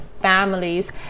Families